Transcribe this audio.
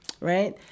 right